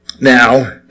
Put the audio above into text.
now